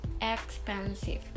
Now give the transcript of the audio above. expensive